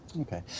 Okay